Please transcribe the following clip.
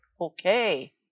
Okay